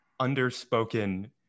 underspoken